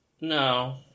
No